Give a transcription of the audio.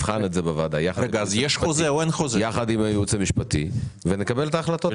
נבחן את זה בוועדה יחד עם הייעוץ המשפטי ונקבל את ההחלטות.